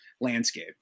landscape